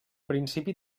principi